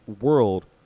world